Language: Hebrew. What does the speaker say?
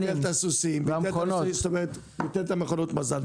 נכון, הוא ביטל את הסוסים ואת מכונות המזל.